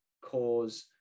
cause